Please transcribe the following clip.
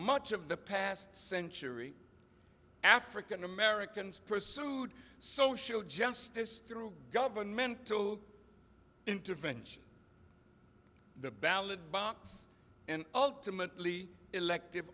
much of the past century african americans pursued social justice through governmental intervention the ballot box and ultimately elective